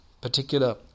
particular